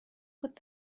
with